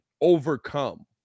overcome